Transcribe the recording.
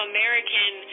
American